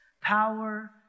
power